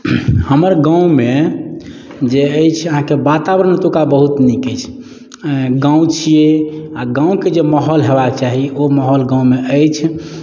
हमर गाममे जे अछि अहाँके वातावरण ओतुका बहुत नीक अछि गाम छियै आ गामके जे माहौल होयबाक चाही ओ माहौल गाममे अछि